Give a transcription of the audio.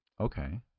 okay